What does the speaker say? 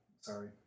Sorry